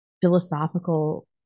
philosophical